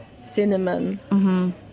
cinnamon